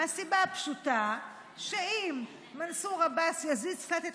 מהסיבה הפשוטה שאם מנסור עבאס יזיז קצת את